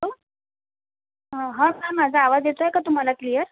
hello हा sir माझा आवाज येतो आहे का तुम्हाला क्लिअर